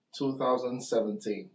2017